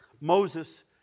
Moses